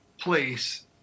place